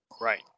right